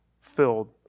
filled